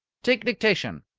take dictation.